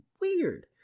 weird